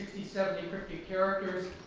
seventy cryptic characters